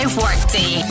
workday